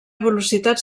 velocitats